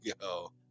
go